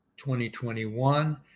2021